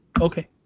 Okay